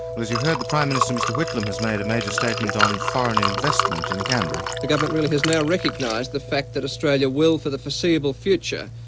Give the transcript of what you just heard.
as you heard, the prime minister mr whitlam has made a major statement on foreign investment in canberra. the government really has now recognised the fact that australia will for the foreseeable future,